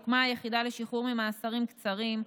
הוקמה היחידה לשחרור ממאסרים קצרים,